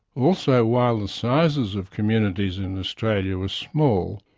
also while the sizes of communities in australia were small,